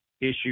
issue